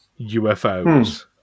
UFOs